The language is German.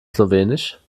slowenisch